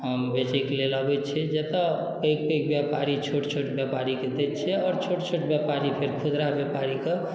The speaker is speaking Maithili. बेचैके लेल अबै छै जतऽ पैघ पैघ व्यापारी छोट छोट व्यापारीके दै छियै आओर छोट छोट व्यापारी फेर खुदरा व्यापारीके